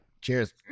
Cheers